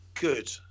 good